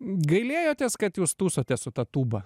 gailėjotės kad jūs tųsotės su ta tūba